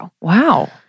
Wow